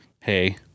hey